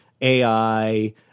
AI